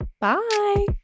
Bye